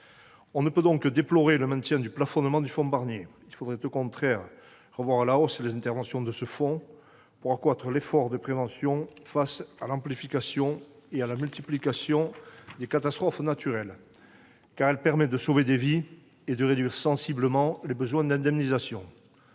On ne peut donc que déplorer le maintien du plafonnement du fonds Barnier. Il faudrait au contraire revoir à la hausse les interventions de ce fonds, afin d'accroître l'effort de prévention face à l'amplification et à la multiplication des catastrophes naturelles, la prévention permettant de sauver des vies et de réduire sensiblement les besoins d'indemnisations.